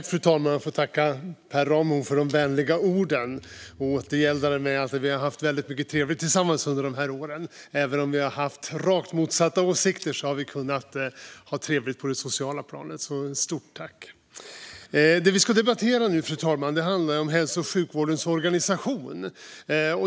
Fru talman! Jag får tacka Per Ramhorn för de vänliga orden och återgälda det med att säga: Vi har haft väldigt mycket trevligt tillsammans under dessa år. Även om vi har haft rakt motsatta åsikter har vi kunnat ha trevligt på det sociala planet. Ett stort tack! Det vi debatterar nu, fru talman, handlar om hälso och sjukvårdens organisation.